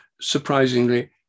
surprisingly